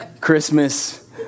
Christmas